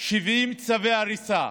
70 צווי הריסה,